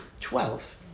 Twelve